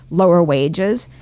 lower wages,